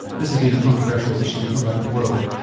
this has been a controversial issue around the world.